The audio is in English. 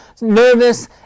nervous